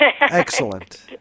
excellent